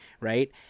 right